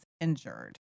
injured